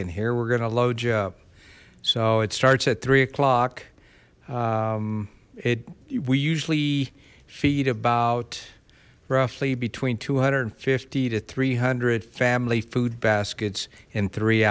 and here we're gonna load you up so it starts at three o'clock it we usually feed about roughly between two hundred and fifty to three hundred family food baskets in three